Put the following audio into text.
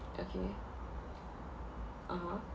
okay (uh huh)